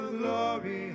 glory